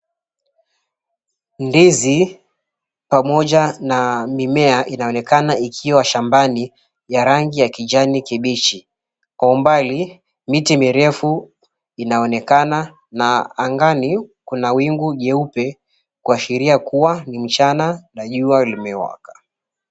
Ndizi, pamoja na mimea inaonekana ikiwa shambani ya rangi ya kijani kibichi. Kwa umbali, miti mirefu inaonekana na angani kuna wingu jeupe, kuashiria kuwa ni mchana na jua limewaka.